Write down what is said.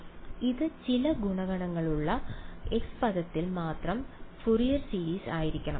അതിനാൽ ഇത് ചില ഗുണകങ്ങളുള്ള x പദത്തിൽ മാത്രം ഫ്യൂറിയർ സീരീസ് ആയിരിക്കണം